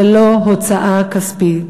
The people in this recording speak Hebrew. ולא הוצאה כספית.